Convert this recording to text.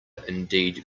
indeed